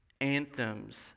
Anthems